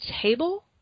table